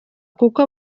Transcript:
kuko